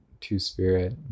two-spirit